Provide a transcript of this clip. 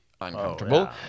Uncomfortable